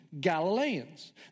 Galileans